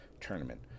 tournament